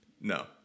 No